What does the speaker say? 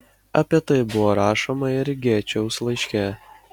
apie tai buvo rašoma ir gečiaus laiške